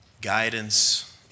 Guidance